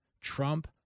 Trump